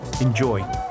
Enjoy